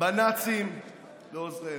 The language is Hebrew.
בנאצים ועוזריהם.